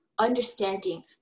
understanding